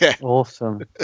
awesome